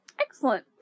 Excellent